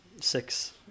six